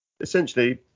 essentially